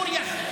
מה זה?